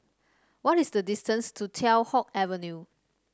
what is the distance to Teow Hock Avenue